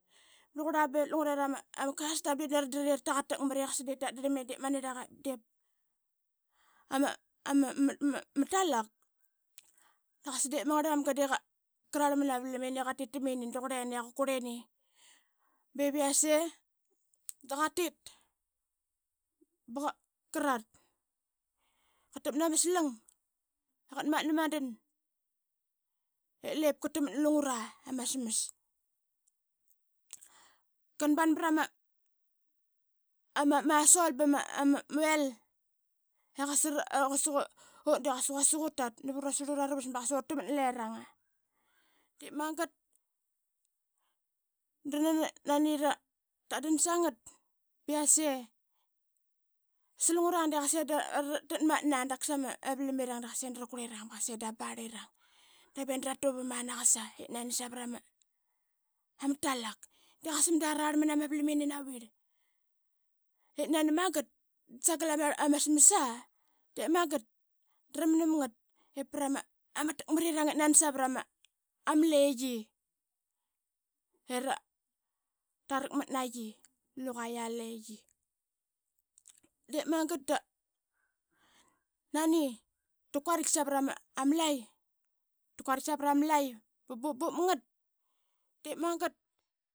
Braqula dep lungriara ama custom de nani ngi tlure i rataqatakmat i qasa dep da dram ama niraqa ip dip ama talaki, doqas dep mangaramanga de qarlma na mavalam ini i qatit ba qarat qatakmat na lungra ama smas. Qanban brama salt bama oil i qasa ut de qasa quasik utat navara slura rlavas ba qasa takmat narenga. Dep mangat danani ratdan sangat bias ee slurangra de qase dratmatna dap qasa mavalirang de qasa da rakurirang ba qase dama barlirang dap ee dratuvam aa naqas ip nani savarama talak de qasa mada rarma nama valamini nauer ip nari mangat da sangal ama smas aa dep mongat olrumnam ngat i proma takmaring ip nani savara ma leqi i rarakmat naqi luqa a leqi i rakmat naqi. Dep mangat da nani rakuarit savara ma lai ba bupbup ngat dep mangat.